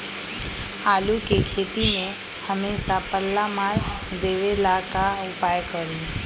आलू के खेती में हमेसा पल्ला मार देवे ला का उपाय करी?